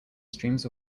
streams